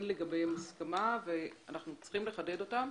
לגביהן הסכמה ואנחנו צריכים לחדד אותן.